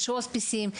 יש הוספיסים,